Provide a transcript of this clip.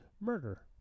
murder